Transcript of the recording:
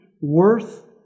worth